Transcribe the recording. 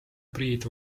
priit